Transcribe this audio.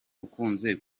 ukunze